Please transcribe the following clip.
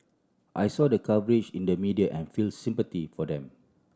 I saw the coverage in the media and felt sympathy for them